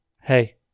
hey